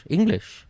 English